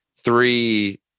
three